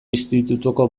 institutuko